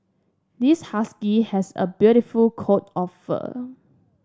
this husky has a beautiful coat of fur